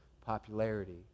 popularity